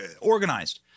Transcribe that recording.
organized